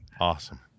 Awesome